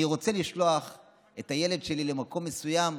אני רוצה לשלוח את הילד שלי למקום מסוים,